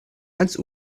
ans